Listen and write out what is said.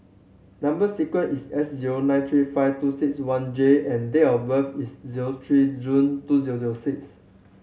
number sequence is S zero nine three five two six one J and date of birth is zero three June two zero zero six